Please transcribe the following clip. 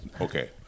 Okay